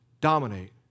dominate